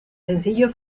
sencillo